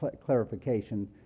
clarification